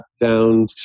down